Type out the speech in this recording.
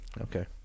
Okay